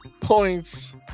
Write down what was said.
points